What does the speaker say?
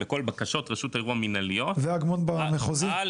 בכל בקשות רשות הערעור המנהליות --- ואגמון במחוזי?